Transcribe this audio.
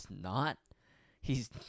not—he's